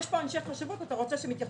יש פה אנשי חשבות, אתה רוצה שהם יתייחסו?